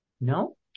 No